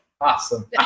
awesome